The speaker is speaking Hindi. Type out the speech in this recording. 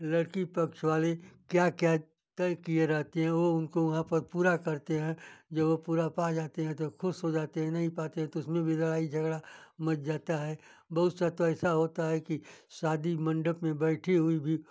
लड़की पक्ष वाली क्या क्या तय किए रहते हैं वो उनको वहाँ पर पूरा करते हैं जब वो पूरा पा जाते हैं तो खुश हो जाते हैं नहीं पाते हैं तो उसमें भी लड़ाई झगड़ा मच जाता है बहुत सा तो ऐसा होता है कि शादी मंडप में बैठी हुई भी